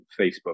Facebook